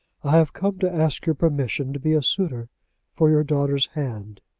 i have come to ask your permission to be a suitor for your daughter's hand.